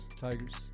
Tigers